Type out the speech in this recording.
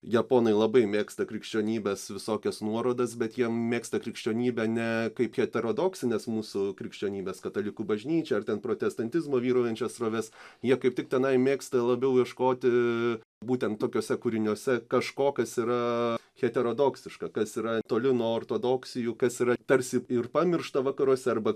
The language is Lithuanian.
japonai labai mėgsta krikščionybės visokias nuorodas bet jie mėgsta krikščionybę ne kaip heterodoksinės mūsų krikščionybės katalikų bažnyčią ar ten protestantizmo vyraujančias sroves jie kaip tik tenai mėgsta labiau ieškoti būtent tokiuose kūriniuose kažko kas yra heterodoksiška kas yra toli nuo ortodoksijų kas yra tarsi ir pamiršta vakaruose arba